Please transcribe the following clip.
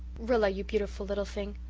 rilla, you beautiful little thing,